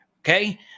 okay